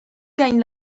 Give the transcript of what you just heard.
gagne